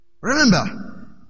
Remember